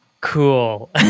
cool